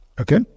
Okay